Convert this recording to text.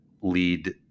lead